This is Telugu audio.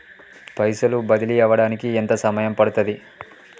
పైసలు బదిలీ అవడానికి ఎంత సమయం పడుతది?